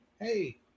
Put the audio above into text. Hey